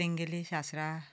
तेंगेल्ली शास्त्रां